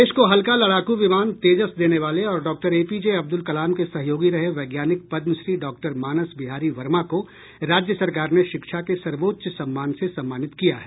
देश को हल्का लड़ाकू विमान तेजस देने वाले और डॉक्टर एपीजे अब्दूल कलाम के सहयोगी रहे वैज्ञानिक पद्मश्री डॉक्टर मानस बिहारी वर्मा को राज्य सरकार ने शिक्षा के सर्वोच्च सम्मान से सम्मानित किया है